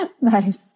Nice